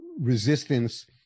resistance